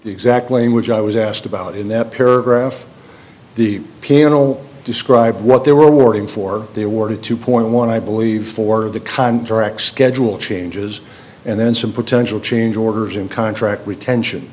exactly in which i was asked about in that paragraph the piano describe what they were awarding for they awarded two point one i believe for the contract schedule changes and then some potential change orders and contract retention